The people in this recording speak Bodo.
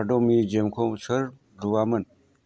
प्राड' मिउजियामखौ सोर लुआमोन